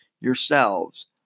yourselves